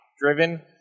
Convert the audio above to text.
driven